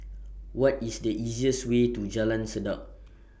What IS The easiest Way to Jalan Sedap